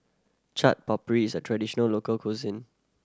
Chaat Papri is a traditional local cuisine